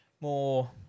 more